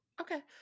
Okay